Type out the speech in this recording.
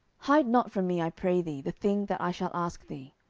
hide not from me, i pray thee, the thing that i shall ask thee.